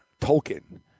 token